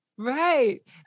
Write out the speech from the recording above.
Right